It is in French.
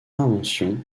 invention